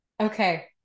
Okay